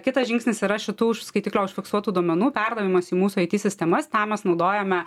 kitas žingsnis yra šitų už skaitiklio užfiksuotų duomenų perdavimas į mūsų it sistemas tam mes naudojame